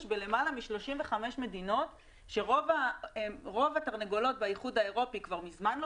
בלמעלה מ-35 מדינות כאשר רוב התרנגולות באיחוד האירופי כבר מזמן לא